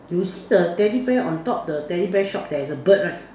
you see the teddy bear on top the teddy bear shop there's a bird right